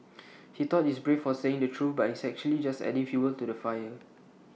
he thought he's brave for saying the truth but he's actually just adding fuel to the fire